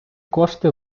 кошти